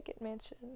mansion